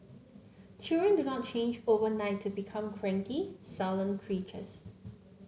children do not change overnight to become cranky sullen creatures